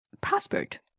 prospered